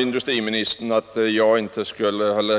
Industriministern sade någonting om att jag också borde ha nämnt